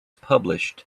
published